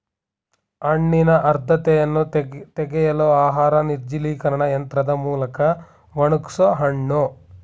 ಹಣ್ಣಿನ ಆರ್ದ್ರತೆಯನ್ನು ತೆಗೆಯಲು ಆಹಾರ ನಿರ್ಜಲೀಕರಣ ಯಂತ್ರದ್ ಮೂಲ್ಕ ಒಣಗ್ಸೋಹಣ್ಣು